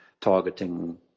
targeting